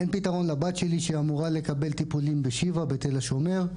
אין פתרון לבת שלי שאמורה לקבל טיפולים בשיבא בתל השומר,